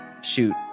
shoot